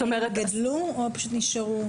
הם גדלו או פשוט נשארו כפי שהיו?